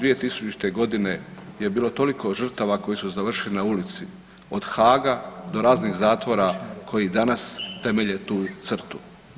2000. godine je bilo toliko žrtava koje su završile na ulici od Haaga do raznih zatvora koji danas temelje tu crtu.